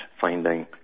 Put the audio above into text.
finding